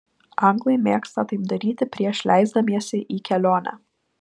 anglai mėgsta taip daryti prieš leisdamiesi į kelionę